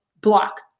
block